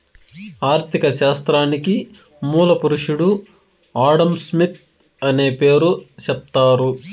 ఆర్ధిక శాస్త్రానికి మూల పురుషుడు ఆడంస్మిత్ అనే పేరు సెప్తారు